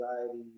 anxiety